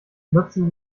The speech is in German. nutzen